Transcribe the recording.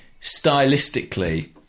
stylistically